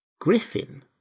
griffin